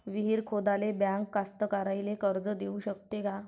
विहीर खोदाले बँक कास्तकाराइले कर्ज देऊ शकते का?